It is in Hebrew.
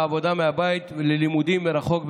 לעבודה מהבית וללימודים מרחוק,